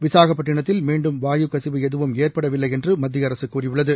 விசாகப்பட்டினத்தில் மீண்டும் வாயு கசிவு எதுவும் ஏற்படவில்லைஎன்றுமத்தியஅரசுகூறியுள்ளது